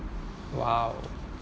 !wow!